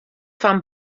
fan